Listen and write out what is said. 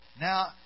Now